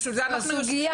בשביל זה אנחנו יושבים כאן.